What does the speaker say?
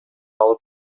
алып